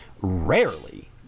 rarely